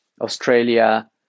Australia